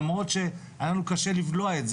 למרות שהיה לנו קשה לבלוע את זה.